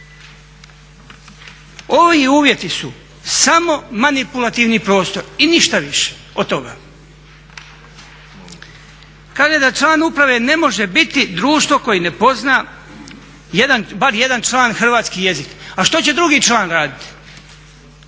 Ovi uvjeti su samo manipulativni prostor i ništa više od toga. Kaže da član uprave ne može biti društvo koje ne pozna bar jedan član hrvatski jezik. A što će drugi član raditi?